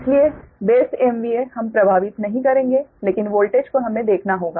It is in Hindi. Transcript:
इसलिए बेस MVA हम प्रभावित नहीं करेंगे लेकिन वोल्टेज को हमें देखना होगा